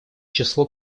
число